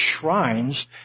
shrines